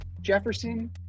Jefferson